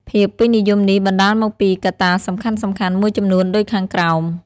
ភាពពេញនិយមនេះបណ្តាលមកពីកត្តាសំខាន់ៗមួយចំនួនដូចខាងក្រោម